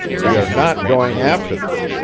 we are not going after them.